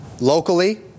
locally